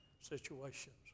situations